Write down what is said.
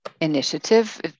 initiative